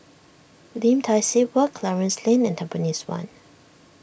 Lim Tai See Walk Clarence Lane and Tampines one